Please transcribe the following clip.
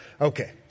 Okay